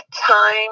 time